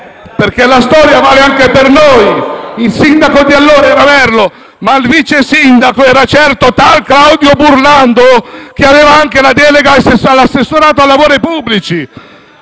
perché la storia vale anche per noi: il sindaco di allora era Merlo, ma il vice sindaco era tal Claudio Burlando che aveva anche la delega all'assessorato ai lavori pubblici